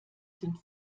sind